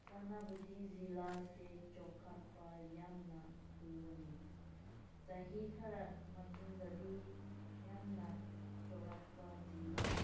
ꯁꯦꯅꯥꯄꯇꯤ ꯖꯤꯜꯂꯥꯁꯦ ꯆꯥꯎꯈꯠꯄ ꯌꯥꯝꯅ ꯊꯨꯕꯅꯦ ꯆꯍꯤ ꯈꯔ ꯃꯇꯨꯡꯗꯗꯤ ꯌꯥꯝꯅ ꯆꯥꯎꯔꯛꯄ ꯖꯤꯜꯂꯥ